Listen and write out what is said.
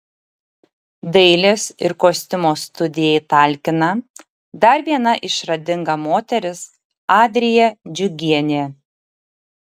dailės ir kostiumo studijai talkina dar viena išradinga moteris adrija džiugienė